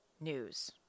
news